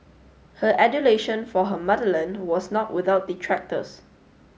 her adulation for her motherland was not without detractors